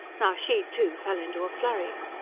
now, she, too, fell into a flurry.